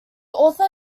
author